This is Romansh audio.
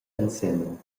ensemen